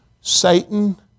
Satan